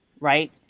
right